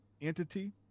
entity